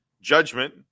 judgment